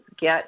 get